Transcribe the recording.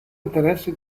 interesse